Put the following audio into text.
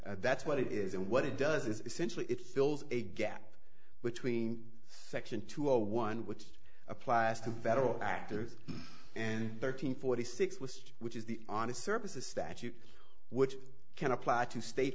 that's what it is and what it does is essentially it fills a gap between section two zero one which a plastic federal actors and thirteen forty six was which is the honest services statute which can apply to state